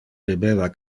debeva